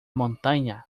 montaña